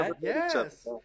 Yes